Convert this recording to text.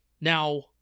Now